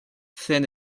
thin